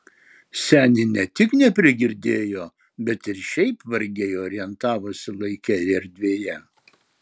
senė ne tik neprigirdėjo bet ir šiaip vargiai orientavosi laike ir erdvėje